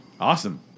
Awesome